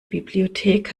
bibliothek